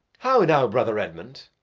how now, brother edmund?